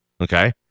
Okay